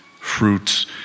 Fruits